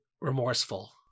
remorseful